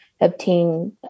obtain